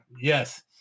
Yes